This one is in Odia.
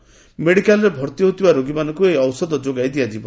ହସ୍କିଟାଲରେ ଭର୍ତ୍ତି ହେଉଥିବା ରୋଗୀମାନଙ୍କୁ ଏହି ଔଷଧ ଯୋଗାଇ ଦିଆଯିବ